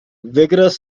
vigorous